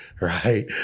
Right